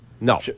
No